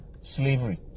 slavery